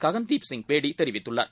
ககன்தீப் சிங் பேடி தெரிவித்துள்ளார்